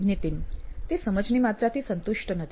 નીતિન તે સમજની માત્રાથી સંતુષ્ટ નથી